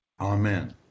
Amen